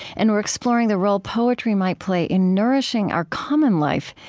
and we're exploring the role poetry might play in nourishing our common life,